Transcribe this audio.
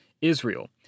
Israel